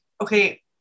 okay